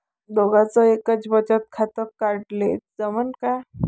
दोघाच एकच बचत खातं काढाले जमनं का?